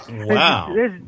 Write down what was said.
wow